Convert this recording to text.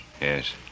Yes